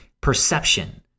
perception